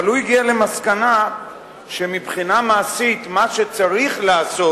אבל הוא הגיע למסקנה שמבחינה מעשית מה שצריך לעשות